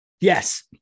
yes